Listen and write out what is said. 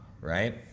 right